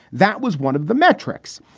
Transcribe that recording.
that was one of the metrics.